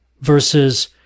versus